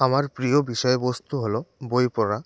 আমার প্রিয় বিষয়বস্তু হলো বই পড়া